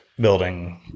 building